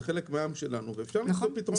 זה חלק מן העם שלנו ואפשר למצוא פתרונות.